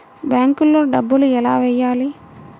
బ్యాంక్లో డబ్బులు ఎలా వెయ్యాలి?